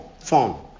Form